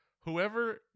whoever